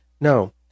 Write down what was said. No